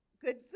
good